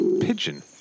pigeon